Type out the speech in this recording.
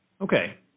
Okay